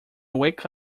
wake